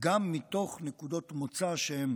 גם מתוך נקודות מוצא שהן